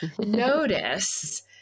notice